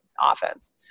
offense